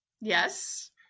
Yes